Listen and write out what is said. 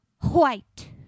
white